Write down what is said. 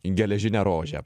geležinę rožę